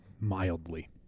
mildly